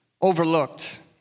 overlooked